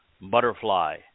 Butterfly